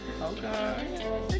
okay